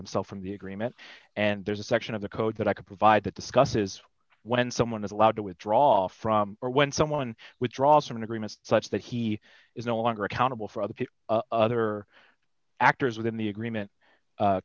himself from the agreement and there's a section of the code that i can provide that discusses when someone is allowed to withdraw from or when someone withdraws from an agreement such that he is no longer accountable for the other actors within the agreement